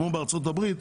כמו בארצות הברית,